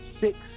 six